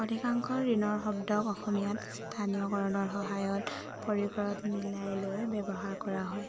অধিকাংশ ঋণৰ শব্দক অসমীয়াত স্থানীয় কৰণৰ সহায়ত পৰিসৰত মিলাই লৈ ব্যৱহাৰ কৰা হয়